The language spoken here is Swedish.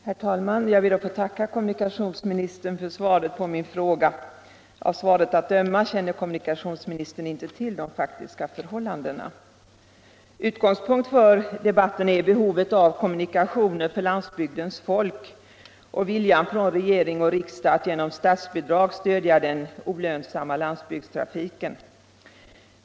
Herr talman! Jag ber att få tacka kommunikationsministern för svaret på min fråga. Av svaret att döma känner kommunikationsministern inte till de faktiska förhållandena. Utgångspunkt för debatten är behovet av kommunikationer för landsbygdens folk och viljan från regering och riksdag att genom statsbidrag stödja den olönsamma landsbygdstrafiken.